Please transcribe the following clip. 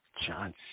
John